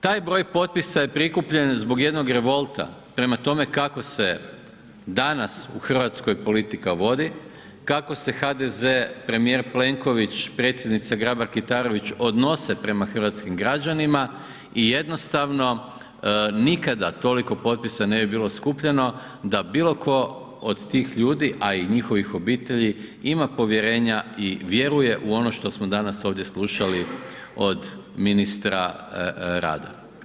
Taj broj potpisa je prikupljen zbog jednog revolta prema tome kako se danas u Hrvatskoj politika vodi, kako se HDZ, premijer Plenković, Predsjednica Grabar Kitarović odnose prema hrvatskim građanima i jednostavno nikada toliko potpisa ne bi bilo skupljeno da bilo tko od tih ljudi a i njihovih obitelji ima povjerenja i vjeruje u ono što smo danas ovdje slušali od ministra rada.